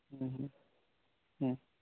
ହୁଁ ହୁଁ ହୁଁ